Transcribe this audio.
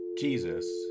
Jesus